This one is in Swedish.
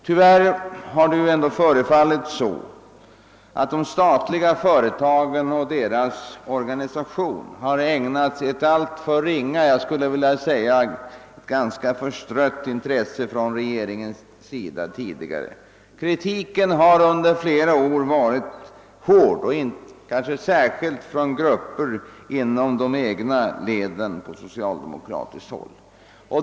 Tyvärr har det förefallit som om de statliga företagen och deras organisation tidigare har ägnats ett alltför ringa, ja närmast förstrött intresse från regeringen. Kritiken har under flera år varit hård, kanske särskilt från grupper inom de egna leden på socialdemokratiskt håll.